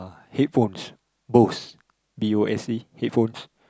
headphones Bose B O S E headphones